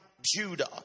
Judah